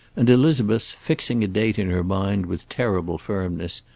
and elizabeth, fixing a date in her mind with terrible firmness,